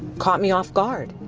caught me off guard.